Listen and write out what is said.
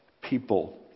people